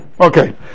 Okay